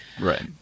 Right